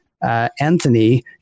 Anthony